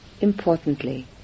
Importantly